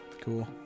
cool